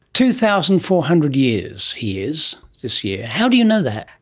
two thousand four hundred years he is this year, how do you know that?